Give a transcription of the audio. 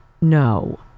no